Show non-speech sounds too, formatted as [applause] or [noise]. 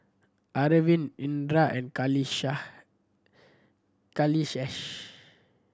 Arvind Indira and [unintelligible] Kailash